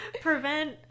prevent